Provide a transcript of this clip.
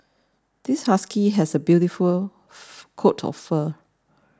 this husky has a beautiful coat of fur